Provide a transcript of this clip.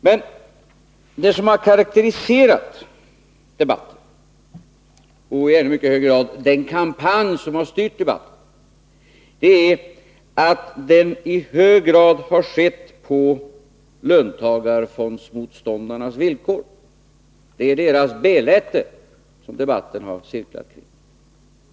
Men det som har karakteriserat debatten, och i ännu mycket högre grad den kampanj som har styrt debatten, är att den i hög grad har förts på löntagarfondsmotståndarnas villkor. Det är deras beläte som debatten har cirkulerat kring.